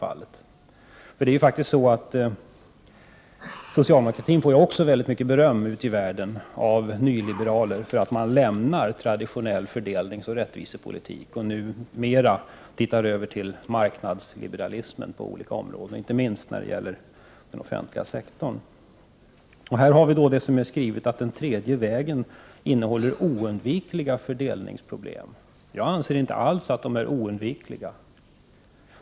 Det förhåller sig så att också socialdemokratin får mycket beröm ute i världen av nyliberaler för att man lämnar traditionell fördelningsoch rättvisepolitik och nu på olika områden övergår mer till marknadsliberalism, inte minst när det gäller den offentliga sektorn. Det står skrivet att den tredje vägens politik innehåller oundvikliga fördelningsproblem. Jag anser inte alls att de är oundvikliga.